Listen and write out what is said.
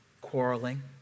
quarreling